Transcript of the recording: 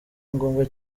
ngombwa